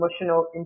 emotional